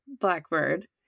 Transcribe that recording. blackbird